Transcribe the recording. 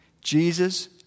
Jesus